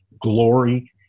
glory